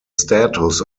status